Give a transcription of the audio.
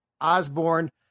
Osborne